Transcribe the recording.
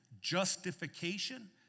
justification